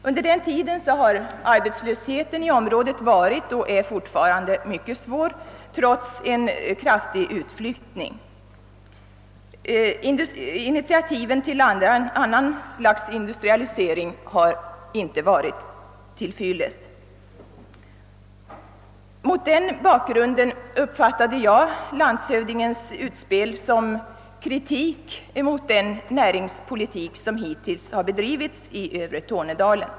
Under tiden har arbetslösheten trots en kraftig utflyttning i området varit mycket svår, och det är den fortfarande. Initiativ till annan industrialisering har inte varit till fyllest. Mot den bakgrunden uppfattade jag landshövdingens utspel som kritik mot den näringspolitik som hittills bedrivits i övre Tornedalen.